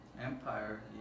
empire